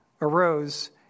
arose